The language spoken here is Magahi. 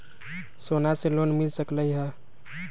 सोना से लोन मिल सकलई ह?